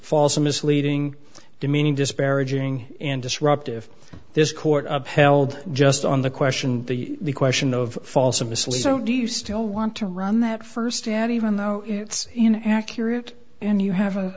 or misleading demeaning disparaging and disruptive this court upheld just on the question the question of false or misleading do you still want to run that first ad even though it's an accurate and you have a